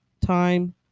time